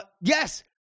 Yes